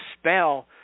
spell